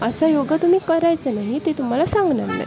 असा योग तुम्ही करायचा नाही ते तुम्हाला सांगणार नाहीत